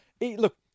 Look